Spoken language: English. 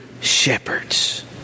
shepherds